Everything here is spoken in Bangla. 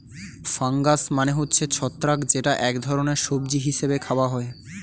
ফানগাস মানে হচ্ছে ছত্রাক যেটা এক ধরনের সবজি হিসেবে খাওয়া হয়